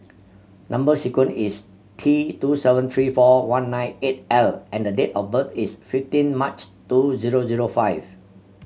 number sequence is T two seven three four one nine eight L and the date of birth is fifteen March two zero zero five